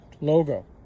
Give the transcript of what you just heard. logo